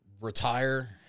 retire